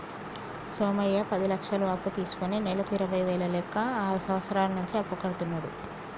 సోమయ్య పది లక్షలు అప్పు తీసుకుని నెలకు ఇరవై వేల లెక్క ఆరు సంవత్సరాల నుంచి అప్పు కడుతున్నాడు